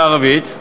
בערבית,